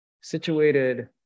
situated